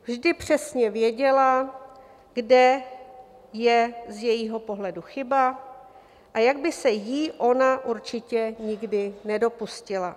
Vždy přesně věděla, kde je z jejího pohledu chyba a jak by se jí ona určitě nikdy nedopustila.